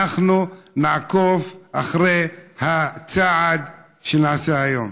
אנחנו נעקוב אחרי הצעד שנעשה היום.